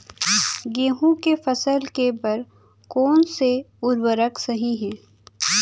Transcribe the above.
गेहूँ के फसल के बर कोन से उर्वरक सही है?